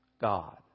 God